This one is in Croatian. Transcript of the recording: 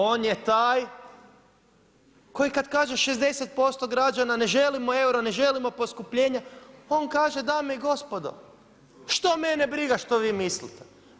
On je taj kad kaže 60% građana ne želimo euro, ne želimo poskupljenja on kaže dame i gospodo što mene briga što vi mislite.